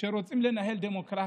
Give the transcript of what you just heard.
שרוצים לנהל דמוקרטיה.